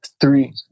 Three